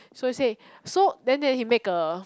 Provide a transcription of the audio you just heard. so he say so then then he make a